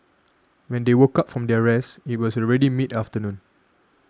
when they woke up from their rest it was already mid afternoon